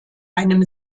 einem